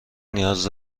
نیاز